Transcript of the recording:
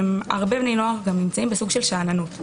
הרבה בני נוער נמצאים בסוג של שאננות.